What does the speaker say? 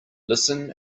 listen